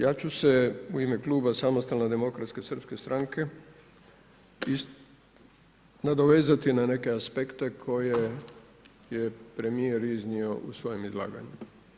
Ja ću se u ime kluba Samostalne demokratske srpske stranke nadovezati na neke aspekte koje je premijer iznio u svome izlaganju.